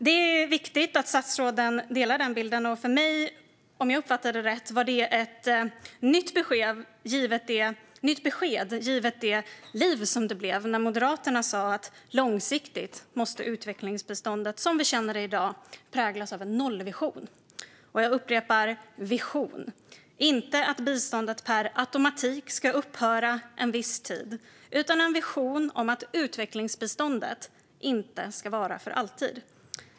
Det är viktigt att statsråden delar den bilden. Det var för mig - om jag uppfattade det rätt - ett nytt besked givet det liv som det blev när Moderaterna sa att långsiktigt måste utvecklingsbiståndet som vi känner det i dag präglas av en nollvision. Jag upprepar: en vision. Det handlar inte om att biståndet per automatik ska upphöra en viss tid, utan det är en vision om att utvecklingsbiståndet inte ska vara för alltid.